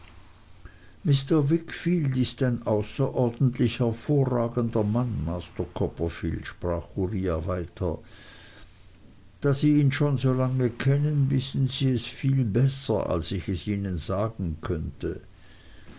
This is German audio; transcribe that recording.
mr wickfield ist ein außerordentlich hervorragender mann master copperfield sprach uriah weiter da sie ihn schon solange kennen wissen sie es selbst viel besser als ich es ihnen sagen könnte